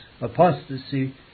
apostasy